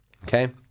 Okay